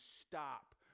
stop